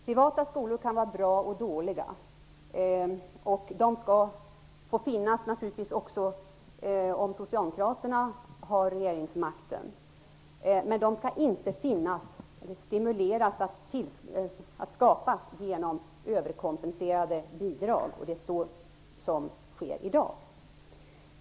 Privata skolor kan vara bra eller dåliga, och de skall naturligtvis få finnas också om socialdemokraterna har regeringsmakten, men man skall inte stimulera bildandet av sådana genom överkompenserande bidrag, vilket sker i dag.